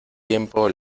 tiempo